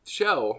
show